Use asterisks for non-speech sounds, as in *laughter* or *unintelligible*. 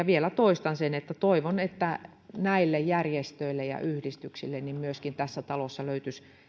*unintelligible* vielä toistan sen että toivon että järjestöille ja yhdistyksille myöskin tässä talossa löytyisi